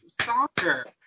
soccer